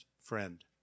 friend